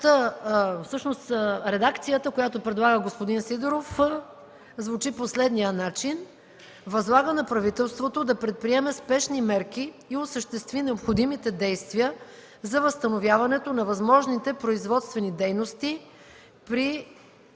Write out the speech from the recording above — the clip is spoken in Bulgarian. Редакцията, която предлага господин Сидеров, звучи по следния начин: „Възлага на правителството да предприеме спешни мерки и осъществи необходимите действия за възстановяването на възможните производствени дейности при